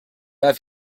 have